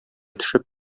төшеп